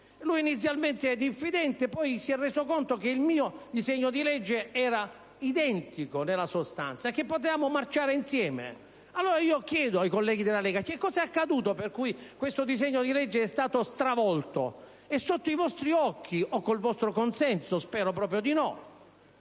lui, inizialmente diffidente, si è poi reso conto che quello a mia firma era identico nella sostanza, e che potevamo marciare insieme. Allora, io chiedo ai colleghi della Lega: che cosa è accaduto per cui questo disegno di legge è stato stravolto, e sotto i vostri occhi, o con il vostro consenso - spero proprio di no